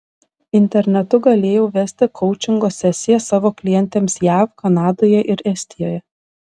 internetu galėjau vesti koučingo sesijas savo klientėms jav kanadoje ir estijoje